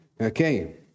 Okay